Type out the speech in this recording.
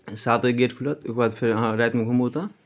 सात बजे गेट खुलत ओहिके बाद फेर अहाँ रातिमे घुमू ओतय